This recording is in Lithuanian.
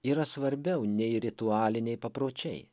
yra svarbiau nei ritualiniai papročiai